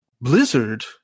Blizzard